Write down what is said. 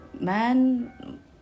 man